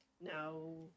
No